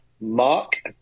Mark